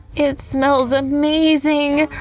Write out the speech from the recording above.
it smells amazing.